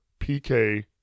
PK